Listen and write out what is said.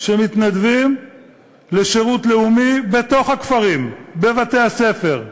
שמתנדבים לשירות לאומי בתוך הכפרים, בבתי-הספר,